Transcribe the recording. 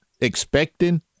expecting